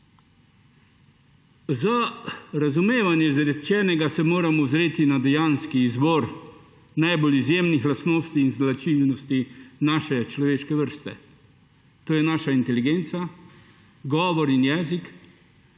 Za razumevanje izrečenega se moramo ozreti na dejanski izvor najbolj izjemnih lastnosti in značilnosti naše človeške vrste. To je naša inteligenca, govor in jezik,